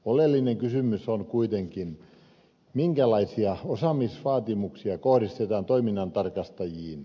oleellinen kysymys on kuitenkin minkälaisia osaamisvaatimuksia kohdistetaan toiminnantarkastajiin